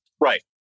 Right